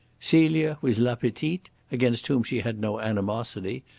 celia was la petite, against whom she had no animosity,